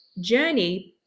journey